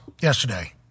yesterday